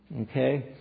Okay